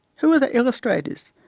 who are the illustrators?